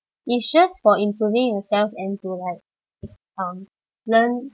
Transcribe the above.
it's just for improving yourself and to like um learn